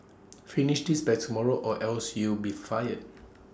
finish this by tomorrow or else you'll be fired